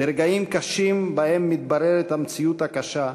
ברגעים קשים שבהם מתבררת המציאות הקשה,